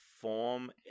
form